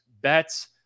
bets